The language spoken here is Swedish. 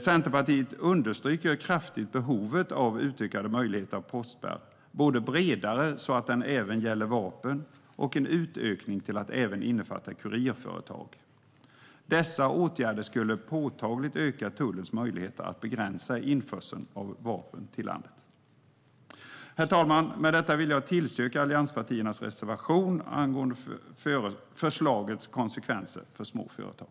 Centerpartiet understryker kraftigt behovet av utökade möjligheter till postspärr - både bredare, så att den även gäller vapen, och en utökning till att även innefatta kurirföretag. Dessa åtgärder skulle påtagligt öka tullens möjligheter att begränsa införseln av vapen till landet. Herr talman! Med detta vill jag yrka bifall till allianspartiernas reservation angående förslagets konsekvenser för små företag.